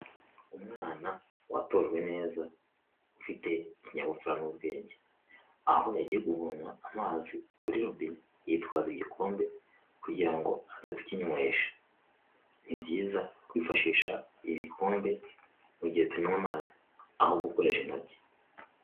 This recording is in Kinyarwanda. Umwana watojwe neza. Ufite ikinyabupfura n'ubwenge. Aho yagiye kuvoma amazi kuri robine yitwaza igikombe kugira ngo aze kukinywesha. Ni byiza kwifashisha ibikombe mu gihe tunywa amazi, aho gukoresha intoki.